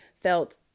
felt